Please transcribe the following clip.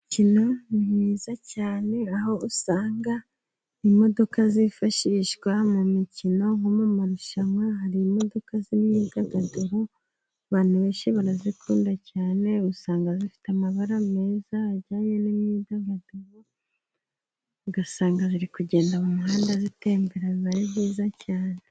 Umukino mwiza cyane aho usanga imodoka zifashishwa mu mikino nko mu marushanwa, hari imodoka z'imyidagaduro abantu benshi barazikunda cyane. Usanga zifite amabara meza ajyanye n'imyidagaduro ugasanga ziri kugenda mu muhanda zitembera biba ari byiza cyane.